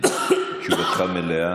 תשובה מלאה.